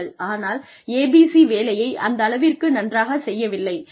ஆனால் ABC வேலையை அந்தளவிற்கு நன்றாகச் செய்யவில்லை